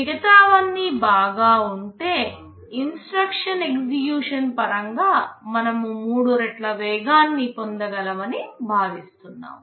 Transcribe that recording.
మిగతావన్నీ బాగా ఉంటే ఇన్స్ట్రక్షన్ ఎగ్జిక్యూషన్ పరంగా మనం మూడు రెట్ల వేగాన్ని పొందగలమని భావిస్తున్నాము